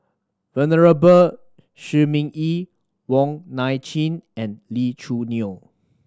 Venerable Shi Ming Yi Wong Nai Chin and Lee Choo Neo